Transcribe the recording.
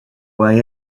way